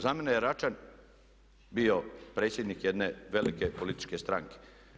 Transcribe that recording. za mene je Račan bio predsjednik jedne velike političke stranke.